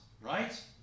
right